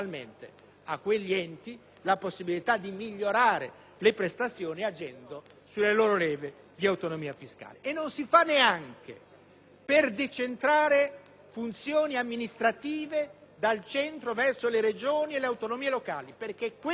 a quegli enti la possibilità di migliorare le prestazioni agendo sulle loro leve di autonomia fiscale. Il federalismo fiscale non si fa neanche per decentrare funzioni amministrative dal centro verso le Regioni e le autonomie locali, perché quella